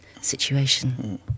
situation